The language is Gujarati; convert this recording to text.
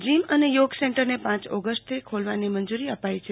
જિમ અને યોગ સેન્ટરને પાંચ ઓગસ્ટથી ખોલવાની મંજૂરી અપાઈ છે